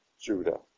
Judah